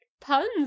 puns